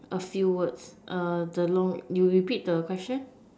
a few words the long you repeat the question